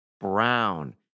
Brown